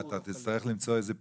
תצטרך למצוא איזה פתרון,